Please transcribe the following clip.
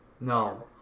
No